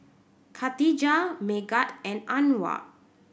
Katijah Megat and Anuar